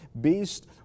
Based